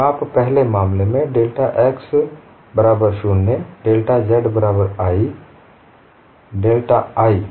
तो आप पहले मामले में डेल्टा x बराबर 0 डेल्टा z बराबर i डेल्टा y